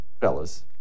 fellas